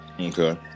Okay